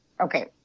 Okay